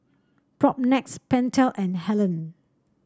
Propnex Pentel and Helen